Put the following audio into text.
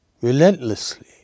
relentlessly